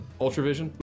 Ultravision